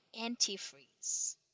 antifreeze